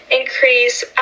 increase